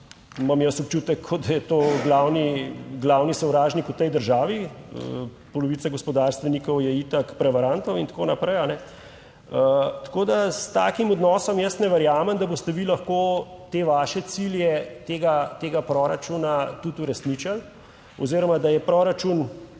imam jaz občutek, kot da je to glavni, glavni sovražnik v tej državi, polovica gospodarstvenikov je itak prevarantov in tako naprej, a ne. Tako da s takim odnosom jaz ne verjamem, da boste vi lahko te vaše cilje tega, tega proračuna tudi uresničili oziroma da je proračun